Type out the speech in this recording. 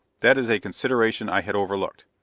that is a consideration i had overlooked.